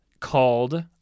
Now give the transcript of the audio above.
called